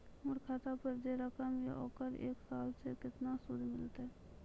हमर खाता पे जे रकम या ओकर एक साल मे केतना सूद मिलत?